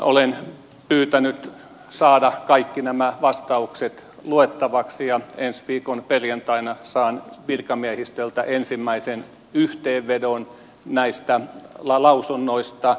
olen pyytänyt saada kaikki nämä vastaukset luettavaksi ja ensi viikon perjantaina saan virkamiehistöltä ensimmäisen yhteenvedon näistä lausunnoista